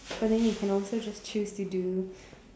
but then you can also just choose to do